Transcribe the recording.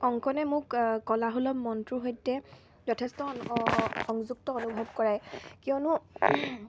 অংকনে মোক কলাসুলভ মনটোৰ সৈতে যথেষ্ট সংযুক্ত অনুভৱ কৰায় কিয়নো